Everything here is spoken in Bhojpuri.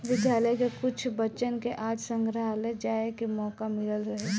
विद्यालय के कुछ बच्चन के आज संग्रहालय जाए के मोका मिलल रहे